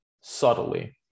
subtly